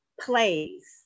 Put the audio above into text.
plays